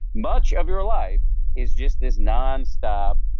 much of your life is just this nonstop,